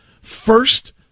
first